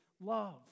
love